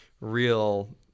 real